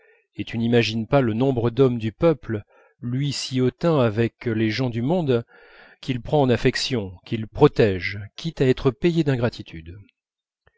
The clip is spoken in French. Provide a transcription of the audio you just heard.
et tu n'imagines pas le nombre d'hommes du peuple lui si hautain avec les gens du monde qu'il prend en affection qu'il protège quitte à être payé d'ingratitude